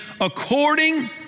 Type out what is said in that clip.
according